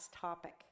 topic